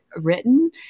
written